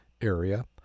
area